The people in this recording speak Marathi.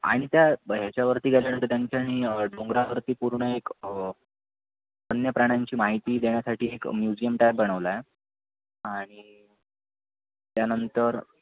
आणि त्या ह्याच्यावरती गेल्यानंतर त्यांच्यानी डोंगरावरती पूर्ण एक वन्यप्राण्यांची माहिती देण्यासाठी एक म्युझियम टायप बनवला आहे आणि त्यानंतर